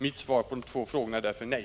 Mitt svar på de två frågorna är därför nej.